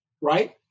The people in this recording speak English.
Right